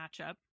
matchup